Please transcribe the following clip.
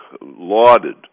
lauded